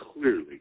clearly